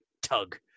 Tug